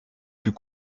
plus